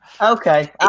Okay